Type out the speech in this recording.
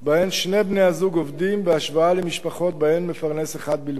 שבהן שני בני-הזוג עובדים בהשוואה למשפחות שבהן מפרנס אחד בלבד.